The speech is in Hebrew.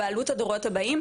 בבעלות הדורות הבאים,